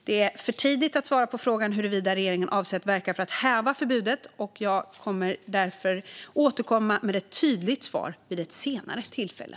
Det är för tidigt att svara på frågan huruvida regeringen avser att verka för att häva förbudet, och jag får därför återkomma med ett tydligt svar vid ett senare tillfälle.